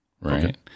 right